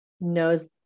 knows